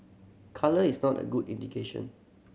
colour is not a good indication